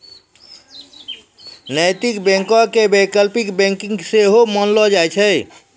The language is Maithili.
नैतिक बैंको के वैकल्पिक बैंकिंग सेहो मानलो जाय छै